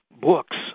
books